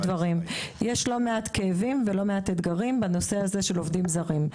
יש לא מעט כאבים ולא מעט אתגרים בנושא של עובדים זרים.